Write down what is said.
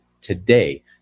today